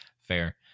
Fair